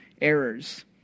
errors